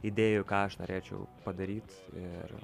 idėjų ką aš norėčiau padaryt ir